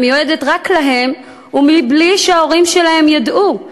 המיועדת רק להם ומבלי שההורים ידעו,